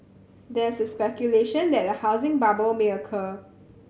there is speculation that a housing bubble may occur